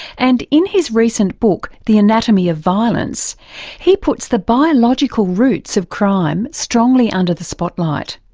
and in his recent book the anatomy of violence he puts the biological roots of crime strongly under the spotlight.